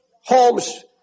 homes